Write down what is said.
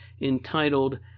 entitled